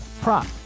prop